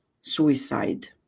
suicide